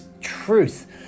truth